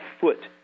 foot